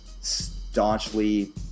staunchly